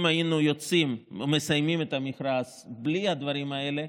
אם היינו מסיימים את המכרז בלי הדברים האלה,